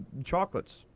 chocolates.